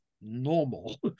normal